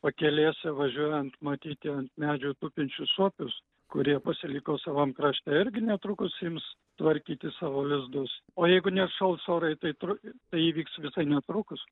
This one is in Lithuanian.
pakelės važiuojant matyti ant medžių tupinčius suopius kurie pasiliko savam krašte irgi netrukus ims tvarkyti savo lizdus o jeigu neatšals orai tru tai įvyks visai netrukus